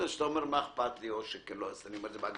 אצל